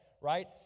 right